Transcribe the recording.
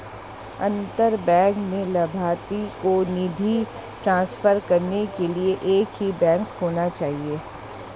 अंतर बैंक में लभार्थी को निधि ट्रांसफर करने के लिए एक ही बैंक होना चाहिए